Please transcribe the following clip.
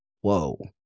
Whoa